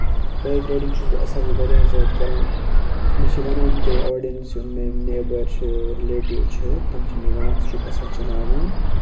bike riding چھُس بہٕ اَصٕل واریاہ زیادٕ کَران مےٚ چھِ وَنان تہِ آڈِیَنٕس یِم مےٚ یِم نیبَر چھِ رِلیٹِو چھِ تِم چھِ مےٚ وَنان ژٕ چھُکھ اَصٕل چَلاوان